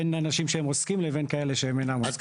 בין אנשים שהם עוסקים לבין כאלה שהם אינם עוסקים.